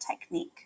technique